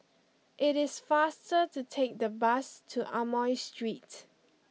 it is faster to take the bus to Amoy Street